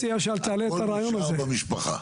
הכול נשאר במשפחה.